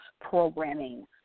programming